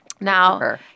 Now